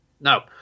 No